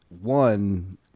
One